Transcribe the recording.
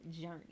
journey